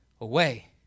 away